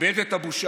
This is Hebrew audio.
איבד את הבושה,